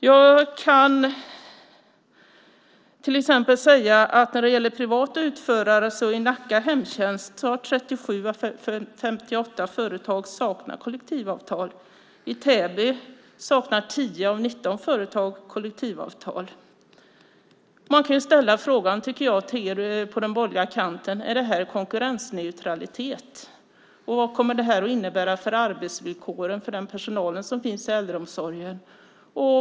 Jag kan till exempel när det gäller privata utförare säga att i Nacka hemtjänst är det 37 av 58 företag som saknar kollektivavtal. I Täby saknar 10 av 19 företag kollektivavtal. Jag tycker att man kan ställa frågan till er på den borgerliga kanten: Är det här konkurrensneutralitet? Vad kommer det här att innebära för arbetsvillkoren för den personal som finns i äldreomsorgen?